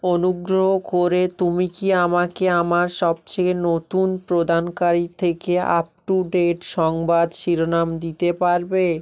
অনুগ্রহ করে তুমি কি আমাকে আমার সবচেয়ে নতুন প্রদানকারীর থেকে আপ টু ডেট সংবাদ শিরোনাম দিতে পারবে